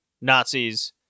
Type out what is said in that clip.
Nazis